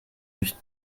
licht